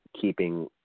keeping